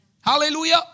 Hallelujah